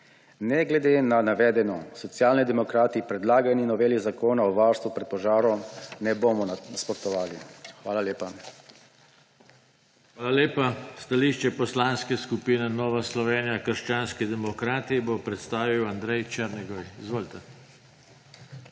Ne glede na navedeno Socialni demokrati predlagani noveli Zakona o varstvu pred požarom ne bomo nasprotovali. Hvala lepa. PODPREDSEDNIK JOŽE TANKO: Hvala lepa. Stališče Poslanske skupine Nova Slovenija – krščanski demokrati bo prestavil Andrej Černigoj. Izvolite.